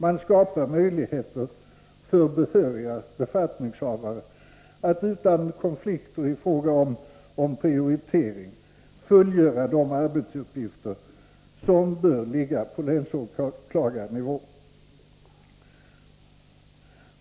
Man skapar möjligheter för behöriga befattningshavare att utan konflikter i fråga om prioritering fullgöra de arbetsuppgifter som bör ligga på länsåklagarnivå.